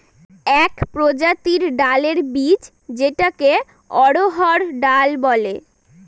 এক প্রজাতির ডালের বীজ যেটাকে অড়হর ডাল বলে